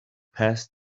passed